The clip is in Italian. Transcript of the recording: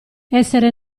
essere